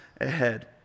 ahead